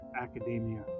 academia